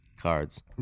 cards